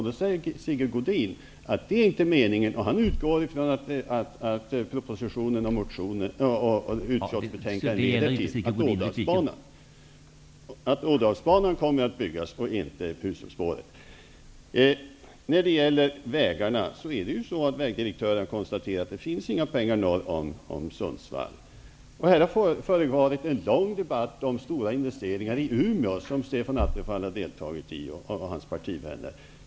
Då säger Sigge Godin att det inte är meningen, utan han utgår från att avsikten med propositionen och utskottsbetänkandet är att Ådalsbanan och inte När det gäller vägarna konstaterar vägdirektören att det inte finns några pengar för vägarna norr om Sundsvall. Det har här varit en lång debatt om stora investeringar i Umeå, en debatt som Stefan Attefall och hans partivänner har deltagit i.